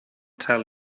tell